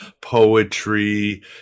poetry